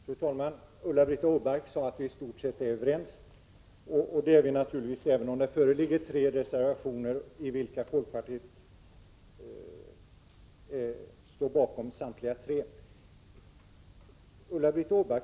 Fru talman! Ulla-Britt Åbark sade att vi i stort sett är överens. Det är vi naturligtvis, även om det föreligger tre reservationer. Folkpartiet står bakom samtliga dessa tre reservationer.